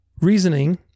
reasoning